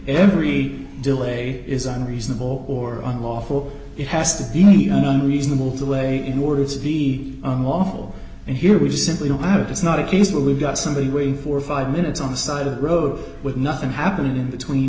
every delay is unreasonable or unlawful it has to be reasonable to way in order to be unlawful and here we simply don't have it is not a case where we've got somebody waiting for five minutes on the side of the road with nothing happening in the tween